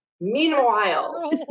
Meanwhile